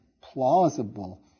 plausible